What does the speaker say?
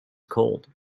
cold